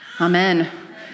Amen